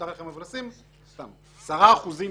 מותר לכם לשים נגיד 10% ספייר.